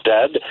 Dead